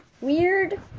Weird